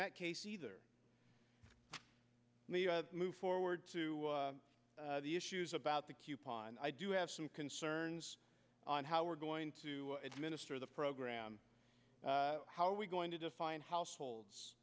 that case either move forward to the issues about the coupon i do have some concerns on how we're going to administer the program how are we going to define households